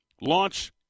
launch